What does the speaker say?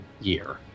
year